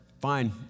Fine